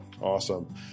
Awesome